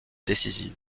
décisive